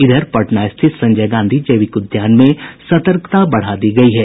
इधर पटना स्थित संजय गांधी जैविक उद्यान में सतर्कता बढ़ा दी गयी है